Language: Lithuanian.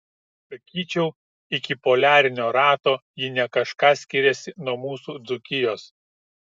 sakyčiau iki poliarinio rato ji ne kažką skiriasi nuo mūsų dzūkijos